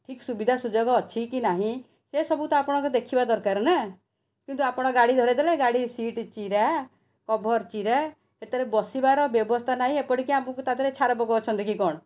ଠିକ୍ ସୁବିଧାସୁଯୋଗ ଅଛି କି ନାହିଁ ସେସବୁ ତ ଆପଣ ଦେଖିବା ଦରକାର ନା କିନ୍ତୁ ଆପଣ ଗାଡ଼ି ଧରାଇଦେଲେ ଗାଡ଼ି ସିଟ୍ ଚିରା କଭର୍ ଚିରା ସେଥିରେ ବସିବାର ବ୍ୟବସ୍ଥା ନାହିଁ ଏପରିକି ଆମକୁ ତା ଦେହରେ ଛାରପୋକ ଅଛନ୍ତି କି କ'ଣ